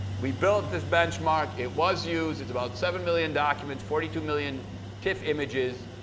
we built this benchmark. it was used. it's about seven million documents. forty two million tiff images.